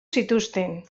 zituzten